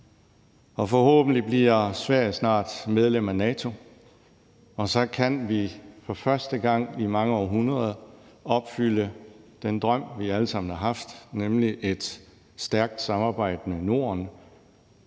og forhåbentlig bliver Sverige snart medlem af NATO, og så kan vi for første gang i mange århundreder opfylde den drøm, vi alle sammen har haft, nemlig et stærkt samarbejdende Norden,